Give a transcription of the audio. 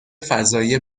فضایی